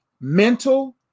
mental